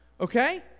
okay